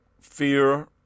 fear